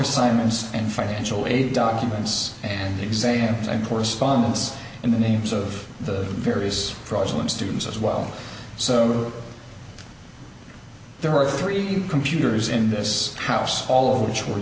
assignments and financial aid documents and exams and correspondence in the names of the various fraudulent students as well so there are three computers in this house all o